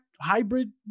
hybrid